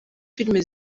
filime